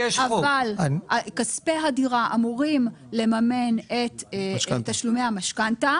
המשכנתא וכספי הדירה אמורים לממן את תשלומי המשכנתא